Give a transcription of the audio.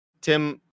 Tim